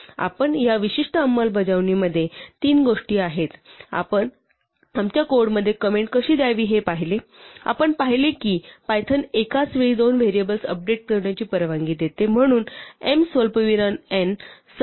आपण या विशिष्ट अंमलबजावणीमध्ये तीन गोष्टी आहेत आपण आमच्या कोडमध्ये कंमेंट कशी द्यावी हे पाहिले आहे आपण पाहिले आहे की पायथन एकाच वेळी दोन व्हेरिएबल्स अपडेट करण्याची परवानगी देतो म्हणून m स्वल्पविराम n समान n स्वल्पविराम m